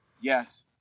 Yes